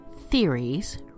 theories